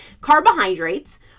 Carbohydrates